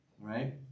right